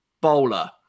bowler